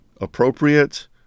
appropriate